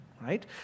right